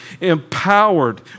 empowered